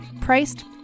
priced